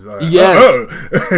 yes